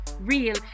real